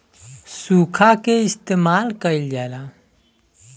सुखा के इस्तेमाल कइल जाला